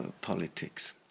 politics